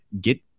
Get